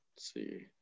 See